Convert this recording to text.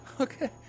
Okay